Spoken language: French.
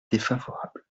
défavorable